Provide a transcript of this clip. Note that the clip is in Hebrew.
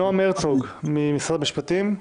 נועם הרצוג ממשרד המשפטים.